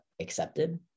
accepted